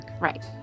Right